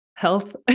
health